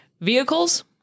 vehicles